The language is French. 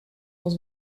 dans